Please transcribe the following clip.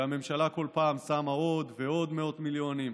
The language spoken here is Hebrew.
והממשלה כל פעם שמה עוד ועוד מאות מיליונים,